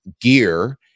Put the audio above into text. gear